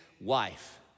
wife